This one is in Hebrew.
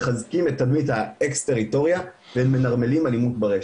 מחזקים את תדמית האקס-טריטוריה ומנרמלים אלימות ברשת.